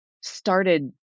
started